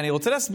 "אני מתחייב